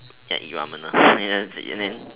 just eat ramen lor and then and then